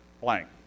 blank